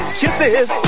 kisses